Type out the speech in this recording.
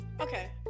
Okay